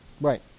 Right